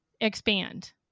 expand